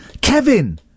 Kevin